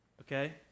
okay